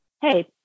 hey